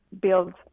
build